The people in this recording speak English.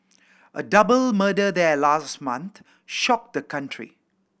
a double murder there last month shocked the country